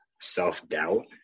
self-doubt